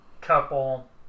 couple